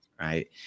right